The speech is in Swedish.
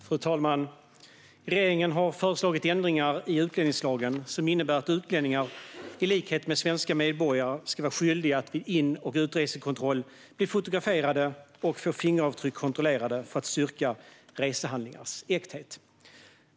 Fru talman! Regeringen har föreslagit ändringar i utlänningslagen som innebär att utlänningar i likhet med svenska medborgare ska vara skyldiga att vid in och utresekontroll bli fotograferade och få fingeravtryck kontrollerade för att styrka resehandlingars äkthet.